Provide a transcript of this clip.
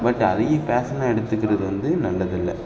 but அதையே பேஷனா எடுத்துக்கிறது வந்து நல்லதில்ல